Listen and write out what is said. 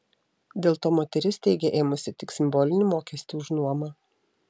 dėl to moteris teigia ėmusi tik simbolinį mokestį už nuomą